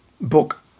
book